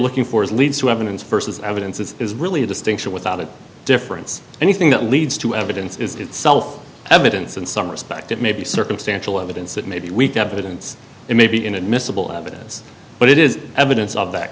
looking for is leads to evidence versus evidence it is really a distinction without a difference anything that leads to evidence is itself evidence in some respect it may be circumstantial evidence that may be weak that didn't it may be inadmissible evidence but it is evidence of that